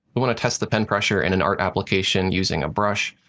we want to test the pen pressure in an art application using a brush.